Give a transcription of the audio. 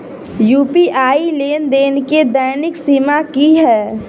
UPI लेनदेन केँ दैनिक सीमा की है?